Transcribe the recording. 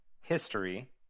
history